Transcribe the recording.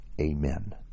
Amen